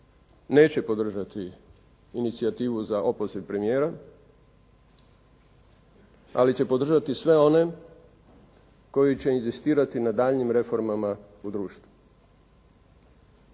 neće podržati inicijativu za opoziv premijera, ali će podržati sve one koji će inzistirati na daljnjim reformama u društvu.